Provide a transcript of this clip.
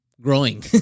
growing